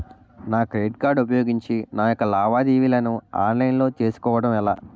నా credit card ఉపయోగించి నా యెక్క లావాదేవీలను ఆన్లైన్ లో చేసుకోవడం ఎలా?